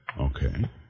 Okay